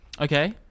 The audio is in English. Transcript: Okay